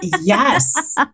Yes